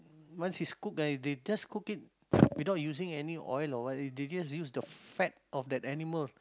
once is cooked right they just cook it without using any oil or what they just use the fat of that animal